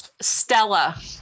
Stella